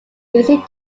easy